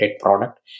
product